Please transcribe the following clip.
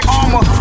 armor